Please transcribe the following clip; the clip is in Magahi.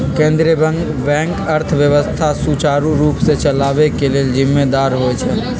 केंद्रीय बैंक अर्थव्यवस्था सुचारू रूप से चलाबे के लेल जिम्मेदार होइ छइ